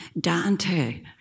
Dante